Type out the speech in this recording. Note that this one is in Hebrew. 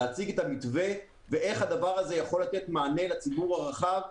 להציג את המתווה ואיך הדבר הזה יכול לתת מענה לציבור הרחב,